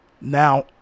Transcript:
Now